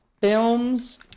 films